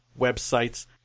websites